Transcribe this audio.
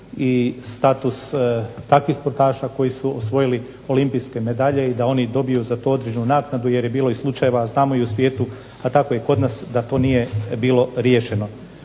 i status takvih sportaša koji su osvojili olimpijske medalje i da oni za to dobiju određenu nagradu, jer je bilo slučajeva u svijetu, tako i kod nas da to nije bilo riješeno.